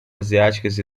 asiáticas